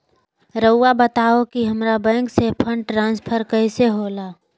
राउआ बताओ कि हामारा बैंक से फंड ट्रांसफर कैसे होला?